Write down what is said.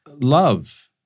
love